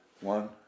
One